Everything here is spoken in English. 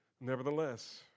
Nevertheless